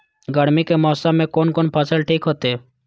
गर्मी के मौसम में कोन कोन फसल ठीक होते?